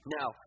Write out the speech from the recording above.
Now